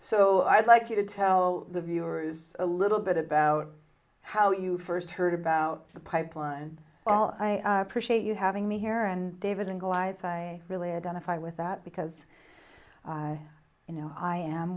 so i'd like you to tell the viewers a little bit about how you first heard about the pipeline well i appreciate you having me here and david and goliath i really identified with that because you know i am